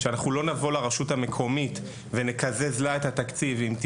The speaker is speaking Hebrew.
שאנחנו לא נבוא לרשות המקומית ונחזה את התקציבים.